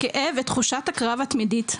הכאב ותחושת הקרב התמידית.